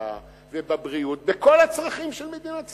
וברווחה ובבריאות, בכל הצרכים של מדינת ישראל.